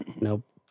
Nope